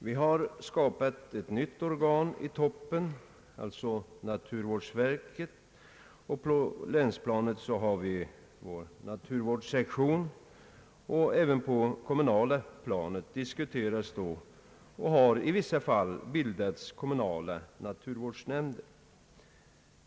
Vi har skapat ett nytt organ i toppen — naturvårdsverket — och på länsplanet finns naturvårdssektionen. På det kommunala planet diskuteras inrättande av och har i vissa fall redan bildats kommunala naturvårdsnämnder.